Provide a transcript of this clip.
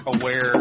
aware